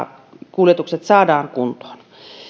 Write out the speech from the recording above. kuljetukset saadaan kuntoon